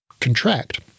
Contract